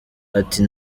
ati